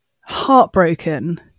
heartbroken